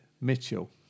mitchell